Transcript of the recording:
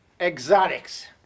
exotics